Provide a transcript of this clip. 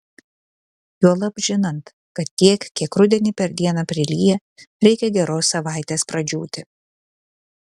juolab žinant kad tiek kiek rudenį per dieną prilyja reikia geros savaitės pradžiūti